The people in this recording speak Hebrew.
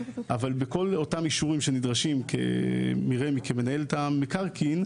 אבל בכל אותם אישורים שנדרשים מרמ״י כמנהלת המקרקעין,